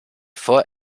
vor